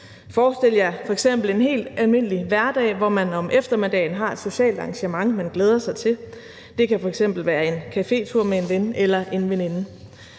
Forestil jer f.eks. en helt almindelig hverdag, hvor man om eftermiddagen har et socialt arrangement, man glæder sig til – det kan f.eks. være en cafétur med en ven eller en veninde.